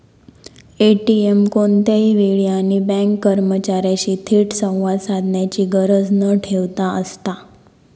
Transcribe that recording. ATM कोणत्याही वेळी आणि बँक कर्मचार्यांशी थेट संवाद साधण्याची गरज न ठेवता असता